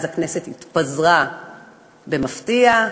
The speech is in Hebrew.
אז הכנסת התפזרה במפתיע,